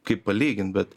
kaip palygint bet